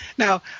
Now